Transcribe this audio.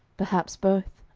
perhaps both.